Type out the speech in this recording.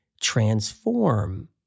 transform